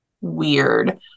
weird